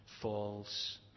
falls